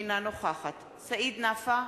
אינה נוכחת סעיד נפאע,